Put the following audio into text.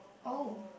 oh